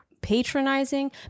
patronizing